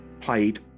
played